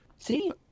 See